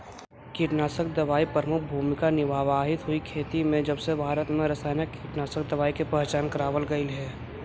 कीटनाशक दवाई प्रमुख भूमिका निभावाईत हई खेती में जबसे भारत में रसायनिक कीटनाशक दवाई के पहचान करावल गयल हे